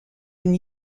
been